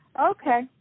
okay